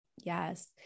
Yes